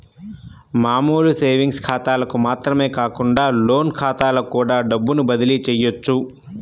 మామూలు సేవింగ్స్ ఖాతాలకు మాత్రమే కాకుండా లోన్ ఖాతాలకు కూడా డబ్బుని బదిలీ చెయ్యొచ్చు